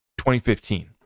2015